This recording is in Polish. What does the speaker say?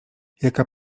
jaka